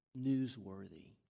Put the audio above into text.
newsworthy